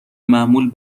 معمول